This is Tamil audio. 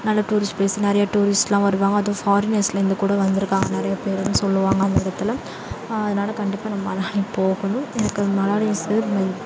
நல்ல டூரிஸ்ட்டு பிளேஸ் நிறைய டூரிஸ்ட்லாம் வருவாங்க அதுவும் ஃபாரினர்ஸ்லேருந்து கூட வந்துருக்காங்க நிறைய பேருன்னு சொல்லுவாங்க அந்த இடத்துல அதனால் கண்டிப்பாக நான் மணாலி போகணும் எனக்கு மணாலி இஸ் மை